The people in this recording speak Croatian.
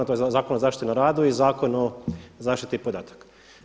To je Zakon o zaštiti na radu i Zakon o zaštiti podataka.